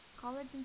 college